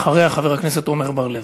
אחריה, חבר הכנסת עמר בר-לב.